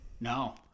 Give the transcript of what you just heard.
No